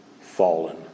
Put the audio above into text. fallen